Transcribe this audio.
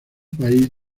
país